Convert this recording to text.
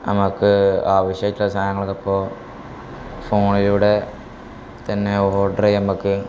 നമുക്ക് ആവശ്യമായിട്ടുള്ള സാധനങ്ങളിപ്പോള് ഫോണിലൂടെ തന്നെ ഓർഡര് ചെയ്യുമ്പക്ക്